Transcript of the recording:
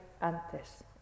antes